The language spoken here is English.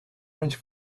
orange